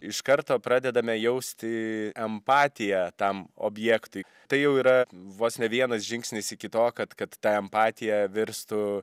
iš karto pradedame jausti empatiją tam objektui tai jau yra vos ne vienas žingsnis iki to kad kad ta empatija virstų